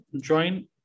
join